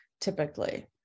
typically